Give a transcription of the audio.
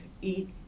eat